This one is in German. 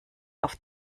auf